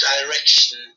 direction